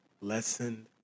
Lesson